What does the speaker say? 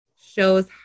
shows